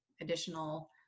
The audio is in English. additional